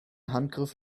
handgriff